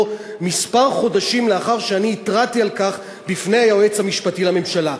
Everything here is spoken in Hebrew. כמה חודשים לאחר שאני התרעתי על כך בפני היועץ המשפטי לממשלה.